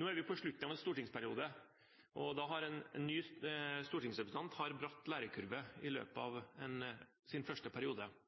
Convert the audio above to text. nå på slutten av en stortingsperiode. En ny stortingsrepresentant har en bratt lærekurve i løpet av sin første periode.